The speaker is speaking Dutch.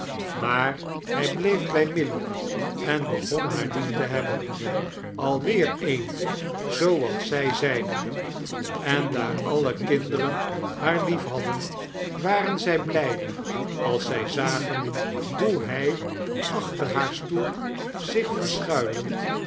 maar hij hleef bij milly en began haar lief te hebben alweer een zooals zij zeide en daar alle kinderen haar liefhadden waren zij blijde als zij zagea hoe hij achter haar steel zioh verschuilend